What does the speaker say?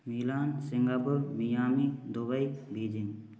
Milan Singapore Miami Dubai Beijing